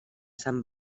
sant